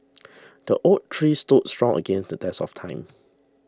the oak tree stood strong against the test of time